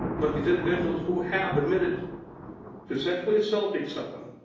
but these individuals who have admitted to sexually assaulting someone